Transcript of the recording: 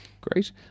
Great